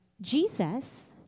Jesus